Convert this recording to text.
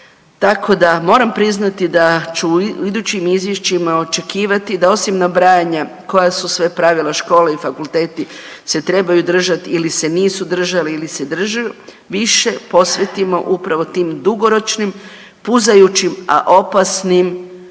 tako da moram priznati da ću u idućim izvješćima očekivati da osim nabrajanja koja su sve pravila škole i fakulteti se trebaju držati ili se nisu držala ili se drže više posvetimo upravo tim dugoročnim, puzajućim, a opasnim